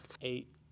eight